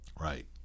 right